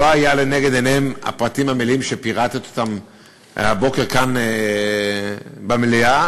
לא היו לנגד עיניהם הפרטים המלאים שפירטת הבוקר כאן במליאה.